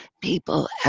people